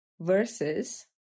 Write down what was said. versus